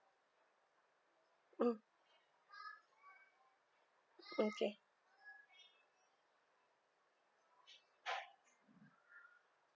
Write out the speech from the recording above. mm mm K